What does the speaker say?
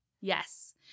Yes